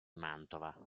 mantova